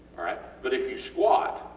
alright? but if you squat